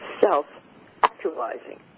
self-actualizing